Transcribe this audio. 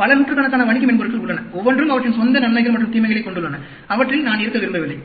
பல நூற்றுக்கணக்கான வணிக மென்பொருள்கள் உள்ளன ஒவ்வொன்றும் அவற்றின் சொந்த நன்மைகள் மற்றும் தீமைகளைக் கொண்டுள்ளன அவற்றில் நான் இருக்க விரும்பவில்லை